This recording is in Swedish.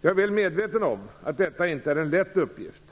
Jag är väl medveten om att detta inte är en lätt uppgift.